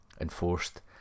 enforced